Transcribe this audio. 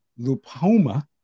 lupoma